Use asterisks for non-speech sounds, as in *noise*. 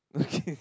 okay *laughs*